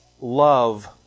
love